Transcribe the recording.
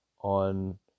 on